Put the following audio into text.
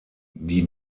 die